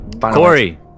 Corey